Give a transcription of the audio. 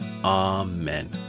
amen